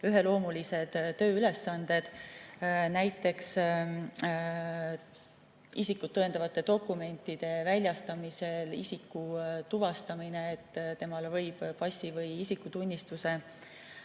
üheloomulised tööülesanded. Näiteks, isikut tõendavate dokumentide väljastamisel isiku tuvastamine, et temale võib passi või isikutunnistuse